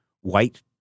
white